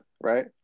right